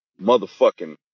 motherfucking